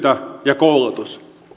ja koulutus